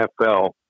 NFL